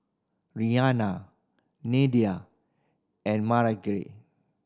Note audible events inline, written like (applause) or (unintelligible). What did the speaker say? Rihanna Nelda and (unintelligible)